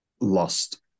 lost